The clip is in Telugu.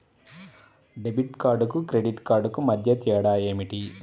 డెబిట్ కార్డుకు క్రెడిట్ కార్డుకు మధ్య తేడా ఏమిటీ?